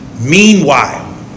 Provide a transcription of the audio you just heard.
Meanwhile